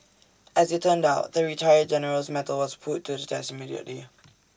as IT turned out the retired general's mettle was put to the test immediately